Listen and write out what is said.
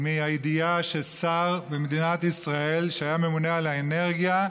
מהידיעה ששר במדינת ישראל, שהיה ממונה על האנרגיה,